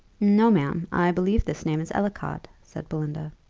no, ma'am, i believe this name is ellicot, said belinda.